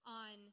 on